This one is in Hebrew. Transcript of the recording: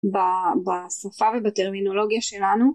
ב-בשפה ובטרמינולוגיה שלנו,